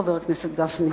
חבר הכנסת גפני.